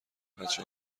بچه